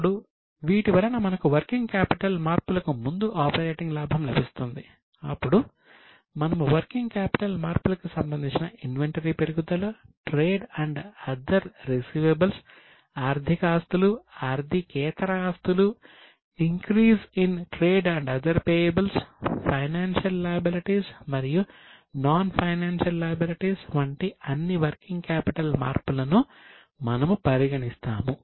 ఇప్పుడు వీటివలన మనకు వర్కింగ్ క్యాపిటల్ మార్పులను మనము పరిగణిస్తాము